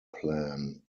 plan